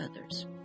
others